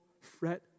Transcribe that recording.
fret